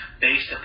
based